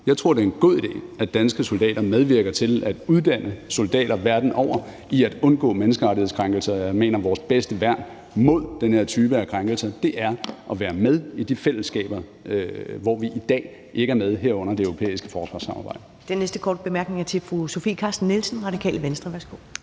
Jeg tror, det er en god idé, at danske soldater medvirker til at uddanne soldater verden over i at undgå menneskerettighedskrænkelser. Og jeg mener, at vores bedste værn mod den her type af krænkelser er at være med i de fællesskaber, hvor vi i dag ikke er med, herunder det europæiske forsvarssamarbejde. Kl. 10:59 Første næstformand (Karen Ellemann) : Den næste korte bemærkning er til fru Sofie Carsten Nielsen, Radikale Venstre. Værsgo.